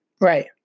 right